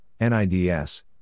NIDS